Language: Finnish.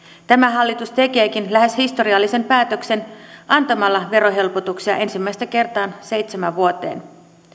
tämä hallitus tekeekin lähes historiallisen päätöksen antamalla verohelpotuksia ensimmäistä kertaa seitsemään vuoteen